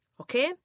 Okay